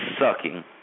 sucking